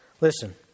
Listen